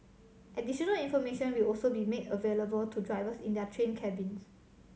additional information will also be made available to drivers in their train cabins